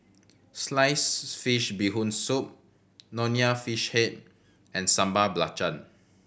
sliced fish Bee Hoon Soup Nonya Fish Head and Sambal Belacan